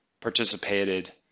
participated